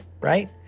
right